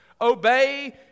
Obey